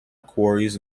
quarries